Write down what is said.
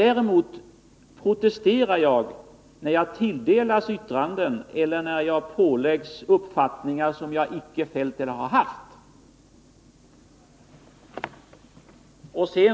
Däremot protesterar jag när jag pådyvlas yttranden eller uppfattningar som jag icke har gett uttryck åt.